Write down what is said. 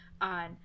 on